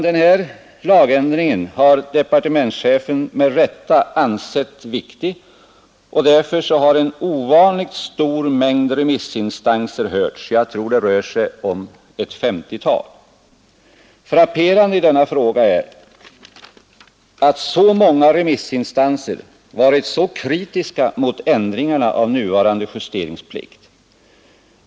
Denna lagändring har departementschefen med rätta ansett viktig, och därför har en ovanligt stor mängd remissinstanser hörts — jag tror det rör sig om ett femtiotal. Frapperande i denna fråga är att så många remissinstanser varit kritiska mot ändringarna av nuvarande justeringsplikt.